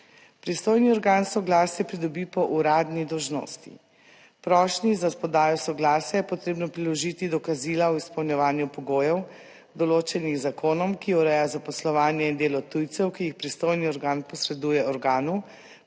Pristojni organ soglasje pridobi po uradni dolžnosti. Prošnji za podajo soglasja je potrebno priložiti dokazila o izpolnjevanju pogojev določenih z zakonom, ki ureja zaposlovanje in delo tujcev, ki jih pristojni organ posreduje organu,